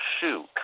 shoot